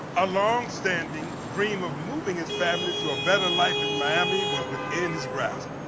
a long standing dream of moving his family to a better life in miami was within his grasp,